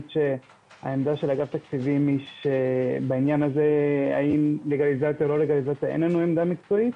עמדת אגף התקציבים בעניין לגליזציה או לא לגליזציה אין לנו עמדה מקצועית